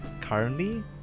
currently